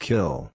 Kill